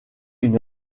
une